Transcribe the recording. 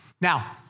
Now